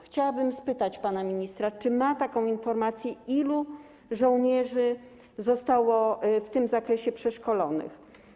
Chciałabym spytać pana ministra, czy ma taką informację, ilu żołnierzy zostało w tym zakresie przeszkolonych.